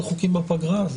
על הדיוור הדיגיטלי.